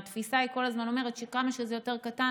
התפיסה אומרת כל הזמן שכמה שזה יותר קטן,